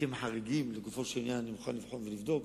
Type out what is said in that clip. מקרים חריגים לגופו של עניין אני מוכן לבחון ולבדוק.